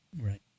Right